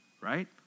right